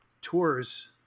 tours